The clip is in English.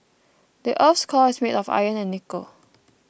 the earth's core is made of iron and nickel